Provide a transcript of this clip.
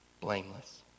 blameless